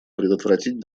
предотвратить